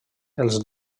els